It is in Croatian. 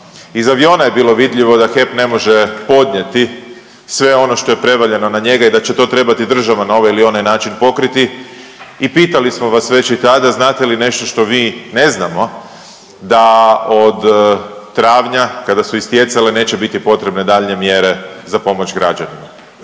Iz aviona je bilo vidljivo da HEP ne može podnijeti sve ono što je prevaljeno na njega i da će to trebati država na ovaj ili onaj način pokriti i pitali smo vas već i tada znate li nešto što vi ne znamo da od travnja, kada su istjecale, neće biti potrebne daljnje mjere za pomoć građanima.